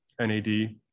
NAD